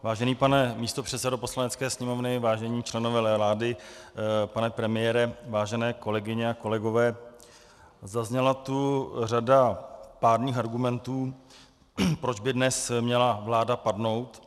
Vážený pane místopředsedo Poslanecké sněmovny, vážení členové vlády, pane premiére, vážené kolegyně a kolegové, zazněla tu řada pádných argumentů, proč by dnes měla vláda padnout.